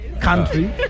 Country